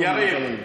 יריב,